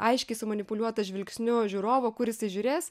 aiškiai sumanipuliuota žvilgsniu žiūrovo kur jisai žiūrės